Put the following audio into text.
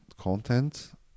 content